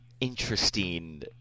interesting